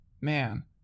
man